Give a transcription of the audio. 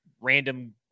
random